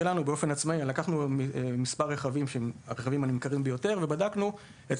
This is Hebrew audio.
לקחנו מספר רכבים שהם הרכבים הנמכרים ביותר ובדקנו את